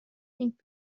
ning